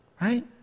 Right